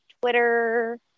Twitter